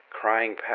Crying